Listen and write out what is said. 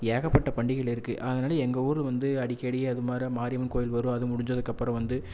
ஏகப்பட்ட பண்டிகைகள் இருக்குது அதனால் எங்கள் ஊர் வந்து அடிக்கடி அதுமாதிரி மாரியம்மன் கோயில் வரும் அதும் முடிஞ்சதுக்கு அப்புறம் வந்து